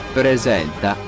presenta